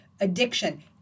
addiction